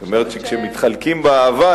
היא אומרת שכשמתחלקים באהבה,